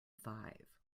five